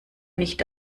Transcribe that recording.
nicht